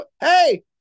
hey